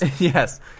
Yes